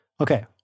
Okay